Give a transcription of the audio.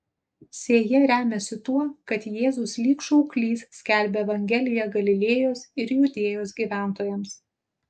sėja remiasi tuo kad jėzus lyg šauklys skelbia evangeliją galilėjos ir judėjos gyventojams